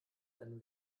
einen